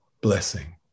blessing